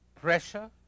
pressure